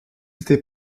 était